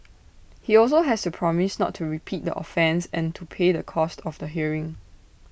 he also has to promise not to repeat the offence and to pay the cost of the hearing